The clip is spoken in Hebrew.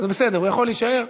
שלי כמעט נגמר.